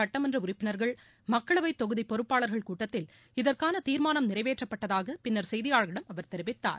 சட்டமன்ற உறுப்பினர்கள் மக்களவை தொகுதி பொறுப்பாளர்கள் கூட்டத்தில் இதற்கான தீர்மானம் நிறைவேற்றப்பட்டதாக பின்னர் செய்தியாளர்களிடம் அவர் தெரிவித்தார்